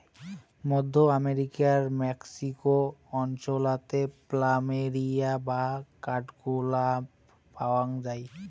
মধ্য আমেরিকার মেক্সিকো অঞ্চলাতে প্ল্যামেরিয়া বা কাঠগোলাপ পায়ং যাই